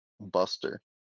buster